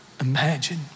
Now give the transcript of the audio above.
imagine